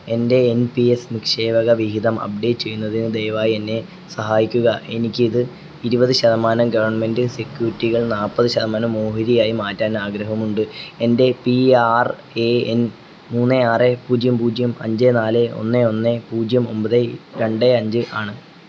എന്റെ N P S നിക്ഷേപക വിഹിതം അപ്ഡേറ്റ് ചെയ്യുന്നതിനു ദയവായി എന്നെ സഹായിക്കുക എനിക്കിത് ഇരുപത് ശതമാനം ഗവൺമെൻറ്റ് സെക്യൂരിറ്റികൾ നാല്പത് ശതമാനം ഓഹരി ആയി മാറ്റാൻ ആഗ്രഹമുണ്ട് എന്റെ പി ആർ എ എൻ മൂന്ന് ആറ് പൂജ്യം പൂജ്യം അഞ്ച് നാല് ഒന്ന് ഒന്ന് പൂജ്യം ഒമ്പത് രണ്ട് അഞ്ച് ആണ്